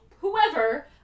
whoever